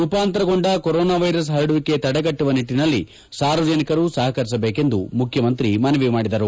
ರೂಪಾಂತರಗೊಂಡ corona virus ಹರಡುವಿಕೆ ತಡೆಗಟ್ಟುವ ನಿಟ್ಟಿನಲ್ಲಿ ಸಾರ್ವಜನಿಕರು ಸಹಕರಿಸಬೇಕೆಂದು ಮುಖ್ಯಮಂತ್ರಿ ಮನವಿ ಮಾಡಿದರು